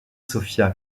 sophia